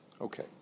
Okay